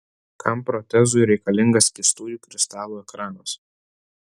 kam protezui reikalingas skystųjų kristalų ekranas